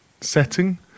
setting